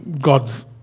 God's